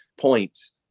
points